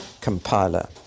compiler